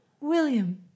William